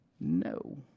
No